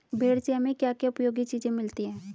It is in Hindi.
भेड़ से हमें क्या क्या उपयोगी चीजें मिलती हैं?